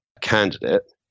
candidate